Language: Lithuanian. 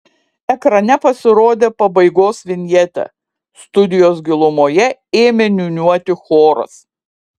ekrane pasirodė pabaigos vinjetė studijos gilumoje ėmė niūniuoti choras